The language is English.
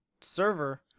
server